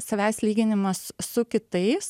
savęs lyginimas su kitais